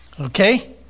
Okay